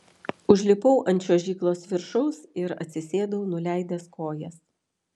užlipau ant čiuožyklos viršaus ir atsisėdau nuleidęs kojas